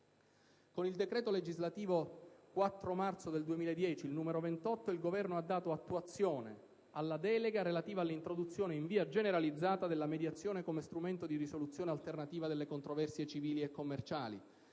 Con il decreto legislativo 4 marzo 2010, n. 28, il Governo ha dato attuazione alla delega relativa all'introduzione in via generalizzata della mediazione come strumento di risoluzione alternativa delle controversie civili e commerciali.